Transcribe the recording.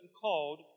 called